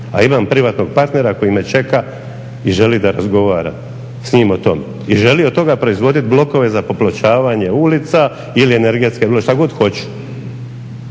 a imam privatnog partnera koji me čeka i želi da razgovara s njim o tome i želi od toga proizvodit blokove za popločavanje ulica ili energetske ploče, šta god hoću.